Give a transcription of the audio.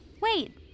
Wait